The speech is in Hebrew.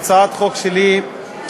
הצעת החוק שלי היא,